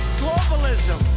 globalism